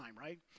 right